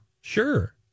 sure